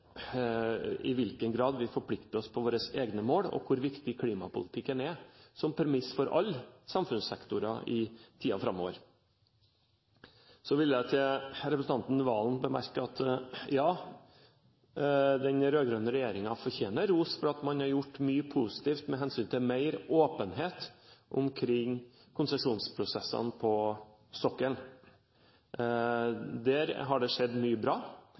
i hvilken grad vi forplikter oss på våre egne mål, og hvor viktig klimapolitikken er som premiss for alle samfunnssektorer i tiden framover. Så vil jeg til representanten Serigstad Valen bemerke at den rød-grønne regjeringen fortjener ros for at man har gjort mye positivt med hensyn til mer åpenhet omkring konsesjonsprosessene på sokkelen. Der har det skjedd mye bra